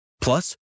Plus